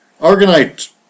Argonite